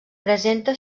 presenta